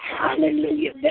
Hallelujah